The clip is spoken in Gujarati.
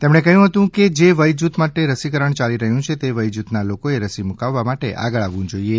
તેમણે કહ્યું હતું કે જે વય જુથ માટે રસીકરણ ચાલી રહ્યું છે તે વય જૂથના લોકો એ રસી મુકાવવા માટે આગળ આવવું જોઈએ